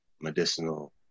medicinal